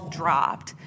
dropped